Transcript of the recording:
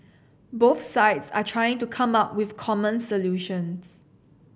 both sides are trying to come up with common solutions